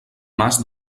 mas